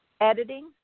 editing